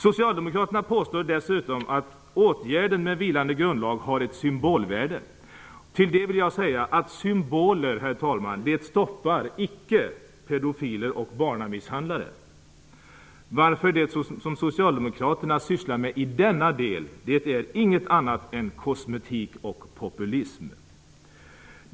Socialdemokraterna påstår dessutom att åtgärden med vilande grundlag har ett symbolvärde. Till det vill jag säga att symboler inte stoppar pedofiler och barnmisshandlare, varför det som socialdemokraterna sysslar med i den delen inte är annat än kosmetik och populism.